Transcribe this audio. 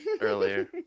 earlier